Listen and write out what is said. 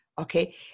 Okay